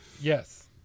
Yes